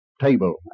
table